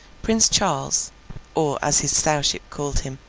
prince charles or as his sowship called him,